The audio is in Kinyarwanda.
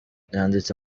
byanditse